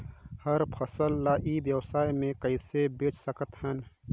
हमर फसल ल ई व्यवसाय मे कइसे बेच सकत हन?